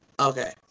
okay